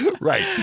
Right